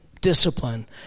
discipline